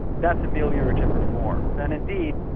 that's ameliorative reforms. and indeed,